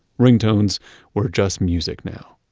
ringtones were just music now,